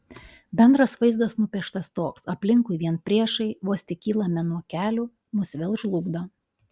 bendras vaizdas nupieštas toks aplinkui vien priešai vos tik kylame nuo kelių mus vėl žlugdo